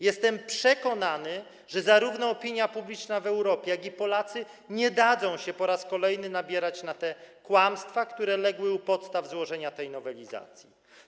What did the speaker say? Jestem przekonany, że zarówno opinia publiczna w Europie, jak i Polacy nie dadzą się po raz kolejny nabrać na te kłamstwa, które legły u podstaw złożenia tej nowelizacji.